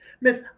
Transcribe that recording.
Miss